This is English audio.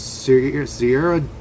Sierra